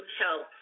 help